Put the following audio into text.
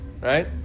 right